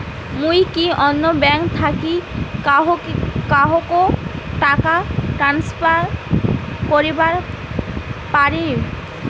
মুই কি অন্য ব্যাঙ্ক থাকি কাহকো টাকা ট্রান্সফার করিবার পারিম?